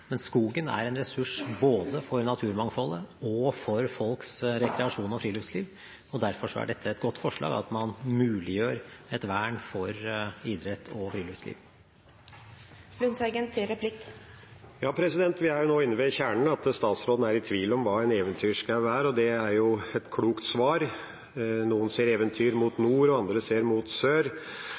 men skogen er en ressurs for både naturmangfoldet og folks rekreasjon og friluftsliv, og derfor er det et godt forslag at man muliggjør et vern for idrett og friluftsliv. Vi er nå ved kjernen, at statsråden er i tvil om hva en eventyrskog er. Det er et klokt svar. Noen ser eventyr mot nord, andre ser dem mot sør.